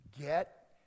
Get